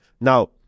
Now